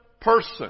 person